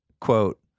quote